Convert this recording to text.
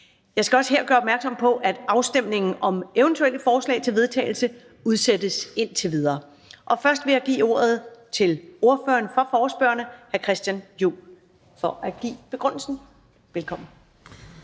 Jeg skal også her gøre opmærksom på, at afstemningen om eventuelle forslag til vedtagelse udsættes indtil videre. Først vil jeg give ordet til ordføreren for forespørgerne, hr. Christian Juhl, for at give begrundelsen. Velkommen.